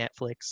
Netflix